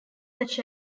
such